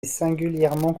singulièrement